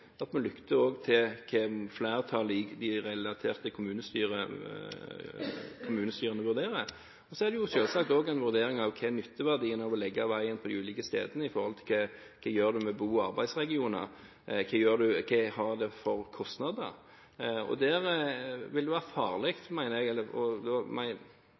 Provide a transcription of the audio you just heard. at vi lytter til hva flertallet i de relaterte kommunestyrer vurderer. Det er også en vurdering av nytteverdien av å legge veien på de ulike stedene med hensyn til hva man gjør med bo- og arbeidsregioner, og hva det har for kostnader. Jeg mener det vil være uheldig om jeg tidlig går inn og sier at det og det alternativet skal man slutte å utrede. Da